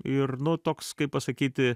ir nu toks kaip pasakyti